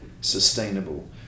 sustainable